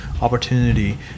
opportunity